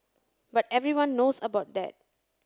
but everyone knows about that